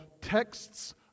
Texts